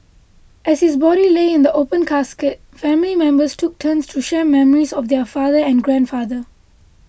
as his body lay in the open casket family members took turns to share memories of their father and grandfather